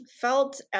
Felt